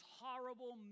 horrible